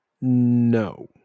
No